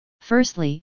Firstly